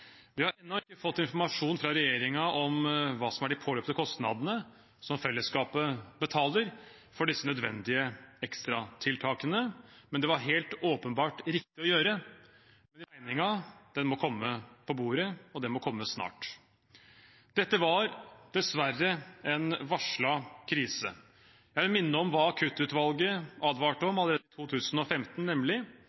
Vi har ennå ikke fått informasjon fra regjeringen om hva som er de påløpte kostnadene som fellesskapet betaler for disse nødvendige ekstratiltakene, men det var helt åpenbart riktig å gjøre. Den regningen må komme på bordet, og den må komme snart. Dette var – dessverre – en varslet krise. Jeg vil minne om hva Akuttutvalget advarte